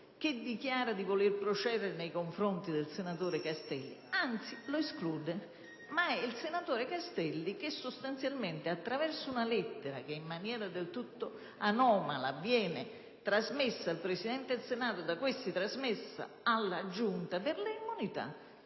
che dichiara di voler procedere nei confronti del senatore Castelli (anzi lo esclude), ma è il senatore Castelli che, attraverso una lettera che in maniera del tutto irrituale viene inviata al Presidente del Senato e da questi trasmessa alla Giunta delle elezioni